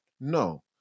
No